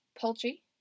poultry